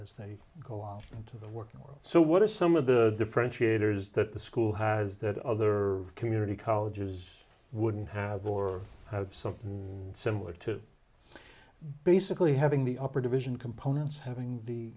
as they go out into the working world so what are some of the differentiator is that the school has that other community colleges wouldn't have or something similar to basically having the upper division components having the